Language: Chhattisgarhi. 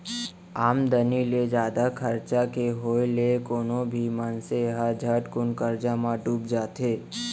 आमदनी ले जादा खरचा के होय ले कोनो भी मनसे ह झटकुन करजा म बुड़ जाथे